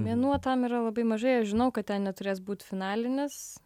mėnuo tam yra labai mažai aš žinau kad ten neturės būt finalinis